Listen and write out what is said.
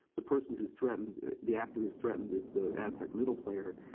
the person who's threatened the actor who's threatened is the adtech middle player.